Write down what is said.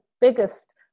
biggest